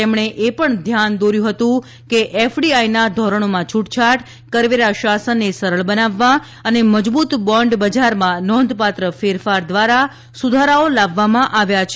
તેમણે એ પણ ધ્યાન દોર્યું હતું કે એફડીઆઇના ધોરણોમાં છૂટછાટ કરવેરા શાસનને સરળ બનાવવા અને મજબૂત બોન્ડ બજારમાં નોંધપાત્ર ફેરફાર દ્વારા સુધારાઓ લાવવામાં આવ્યા છે